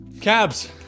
Cabs